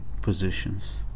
positions